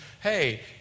Hey